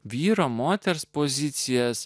vyro moters pozicijas